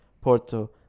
Porto